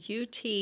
UT